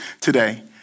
today